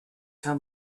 tell